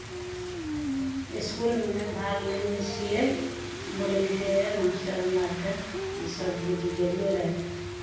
इसकुलमे भाग लेने छियै बोलेलकैए मास्टर हमरा आरकेँ इसभ जे गेलियै रहए